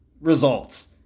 Results